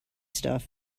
stuff